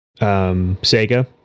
Sega